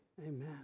Amen